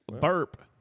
Burp